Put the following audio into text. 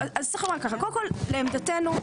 לעמדתנו,